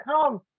come